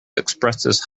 expresses